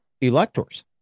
electors